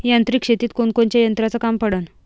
यांत्रिक शेतीत कोनकोनच्या यंत्राचं काम पडन?